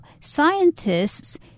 scientists